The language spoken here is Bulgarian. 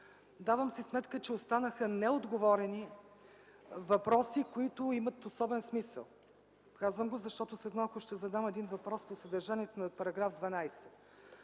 давам сметка, че останаха неотговорени въпроси, които имат особен смисъл. Казвам го, защото след малко ще задам един въпрос по съдържанието на § 12.